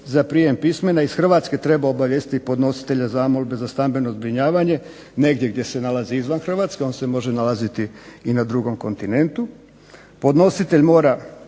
za prijem pismena iz Hrvatske treba obavijestiti podnositelja zamolbe za stambeno zbrinjavanje negdje gdje se nalazi izvan Hrvatske, on se može nalaziti i na drugom kontinentu. Podnositelj mora